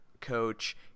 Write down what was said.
coach